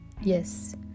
yes